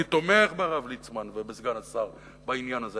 אני תומך בסגן השר הרב ליצמן בעניין הזה,